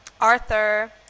Arthur